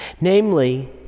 namely